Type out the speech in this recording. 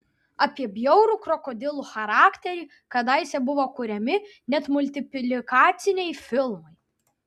apie bjaurų krokodilų charakterį kadaise buvo kuriami net multiplikaciniai filmai